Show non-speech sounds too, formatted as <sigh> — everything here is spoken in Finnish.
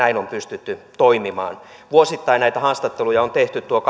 on pystytty toimimaan vuosittain näitä haastatteluja on tehty tuo <unintelligible>